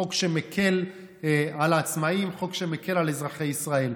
חוק שמקל על העצמאים, חוק שמקל על אזרחי ישראל.